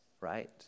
right